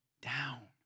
down